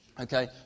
Okay